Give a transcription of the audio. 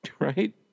right